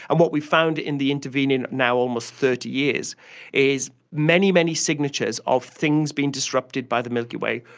and what we found in the intervening now almost thirty years is many, many signatures of things being disrupted by the milky way,